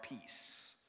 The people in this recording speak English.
peace